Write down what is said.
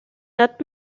not